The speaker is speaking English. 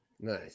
Nice